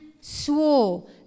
swore